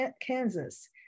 Kansas